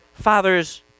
father's